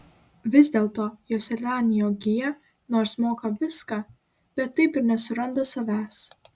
vis dėlto joselianio gija nors moka viską bet taip ir nesuranda savęs